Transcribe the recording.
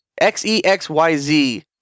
X-E-X-Y-Z